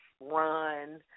run